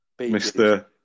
Mr